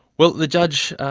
well, the judge,